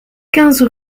quinze